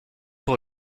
pour